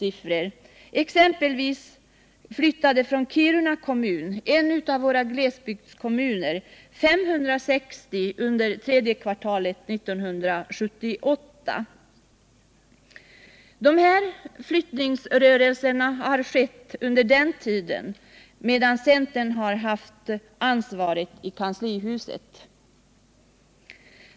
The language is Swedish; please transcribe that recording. Jag kan exempelvis nämna att 560 personer flyttade från Kiruna kommun, en av våra glesbygdskommuner, första till tredje kvartalet 1978. Dessa utflyttningar har skett under den tid då centern hade ansvaret i kanslihuset.